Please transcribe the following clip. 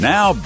Now